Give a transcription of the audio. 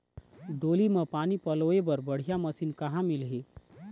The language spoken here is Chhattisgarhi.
डोली म पानी पलोए बर बढ़िया मशीन कहां मिलही?